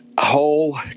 whole